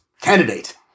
candidate